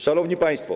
Szanowni Państwo!